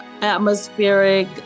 atmospheric